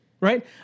Right